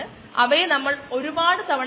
എന്നിട്ട് നമുക്ക് ആമുഖ പ്രഭാഷണം നിർത്താം